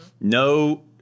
no